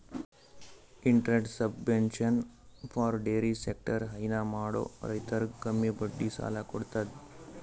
interest subvention for dairy sector ಹೈನಾ ಮಾಡೋ ರೈತರಿಗ್ ಕಮ್ಮಿ ಬಡ್ಡಿ ಸಾಲಾ ಕೊಡತದ್